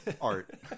art